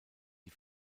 die